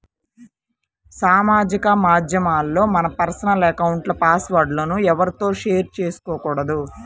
సామాజిక మాధ్యమాల్లో మన పర్సనల్ అకౌంట్ల పాస్ వర్డ్ లను ఎవ్వరితోనూ షేర్ చేసుకోకూడదు